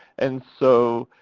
and so,